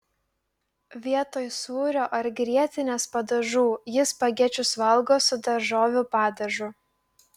vietoj sūrio ar grietinės padažų ji spagečius valgo su daržovių padažu